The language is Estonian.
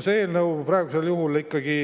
see eelnõu praegusel juhul ikkagi